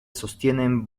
sostienen